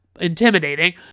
intimidating